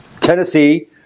Tennessee